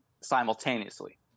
simultaneously